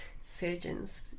surgeons